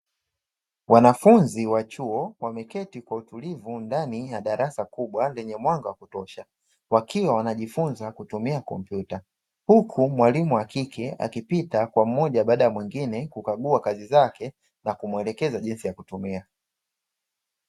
Wanafunzi wa chuo wameketi kwa utulivu ndani ya darasa kwa kubwa, lenye mwanga wa kutosha wakiwa wanajifunza kutumia kompyuta. Huku mwalimu wa kike akipita kwa mmoja baada ya mwingine kukagua kazi zake na kumuelekeza jinsi ya kutumia.